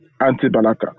Anti-Balaka